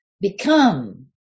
become